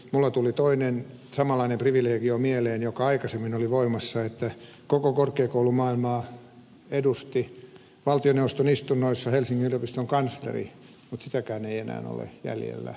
minulla tuli toinen samanlainen privilegio mieleen joka aikaisemmin oli voimassa että koko korkeakoulumaailmaa edusti valtioneuvoston istunnoissa helsingin yliopiston kansleri mutta sitäkään ei enää ole jäljellä